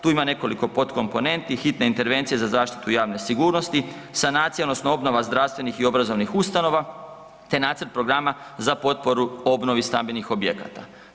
Tu ima nekoliko podkomoponenti, hitne intervencije za zaštitu javne sigurnosti, sanacija odnosno obnova zdravstvenih i obrazovnih ustanova te nacrt programa za potporu obnovi stambenih objekata.